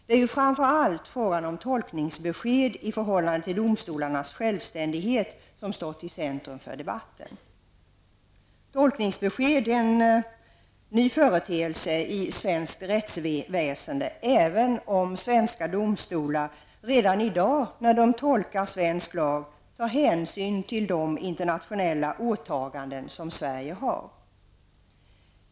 Det är ju framför allt frågan om tolkningsbesked i förhållande till domstolarnas självständighet som stått i centrum för debatten. Tolkningsbesked är en ny företeelse i svenskt rättsväsende, även om svenska domstolar redan i dag när de tolkar svensk lag tar hänsyn till de internationella åtaganden som Sverige har.